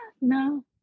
no